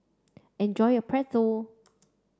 enjoy your Pretzel